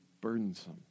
burdensome